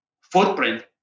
footprint